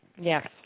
Yes